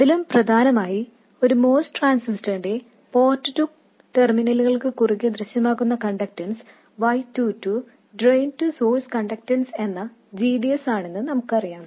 അതിലും പ്രധാനമായി ഒരു MOS ട്രാൻസിസ്റ്ററിന്റെ പോർട്ട് ടു ടെർമിനലുകൾക്ക് കുറുകേ ദൃശ്യമാകുന്ന conductance y 2 2 drain to source conductance എന്ന gds ആണെന്ന് നമുക്കറിയാം